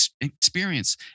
experience